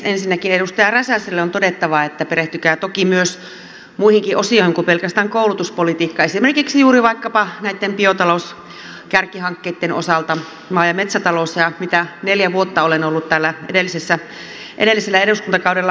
ensinnäkin edustaja räsäselle on todettava että perehtykää toki myös muihinkin osioihin kuin pelkästään koulutuspolitiikkaan esimerkiksi juuri vaikkapa näitten biotalouskärkihankkeisiin maa ja metsätalouden osalta ja asioihin mitä neljä vuotta olen ollut täällä edellisellä eduskuntakaudella ajamassa